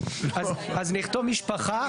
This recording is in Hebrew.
1. אז נכתוב משפחה.